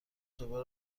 زباله